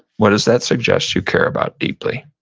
what does that suggest you care about deeply?